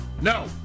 No